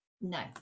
No